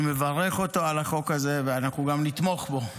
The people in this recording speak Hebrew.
אני מברך אותו על החוק הזה ואנחנו גם נתמוך בו.